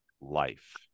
life